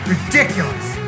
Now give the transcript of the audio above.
Ridiculous